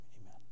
amen